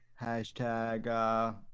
Hashtag